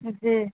جی